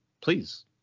please